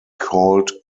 called